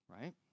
right